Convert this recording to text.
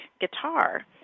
guitar